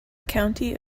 county